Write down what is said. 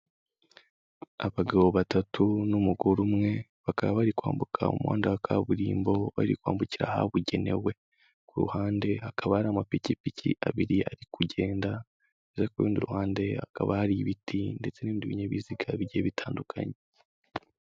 Abagabo batatu n'umugore umwe, bakaba bari kwambuka umuhanda wa kaburimbo bari kwambukira ahabugenewe. Ku ruhande hakaba hari amapikipiki abiri ari kugenda, ku rundi ruhande hakaba hari ibiti ndetse n'ibindi binyabiziga bigiye bitandukanye.